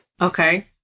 okay